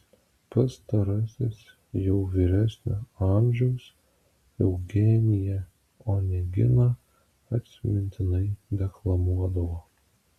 pastarasis jau vyresnio amžiaus eugeniją oneginą atmintinai deklamuodavo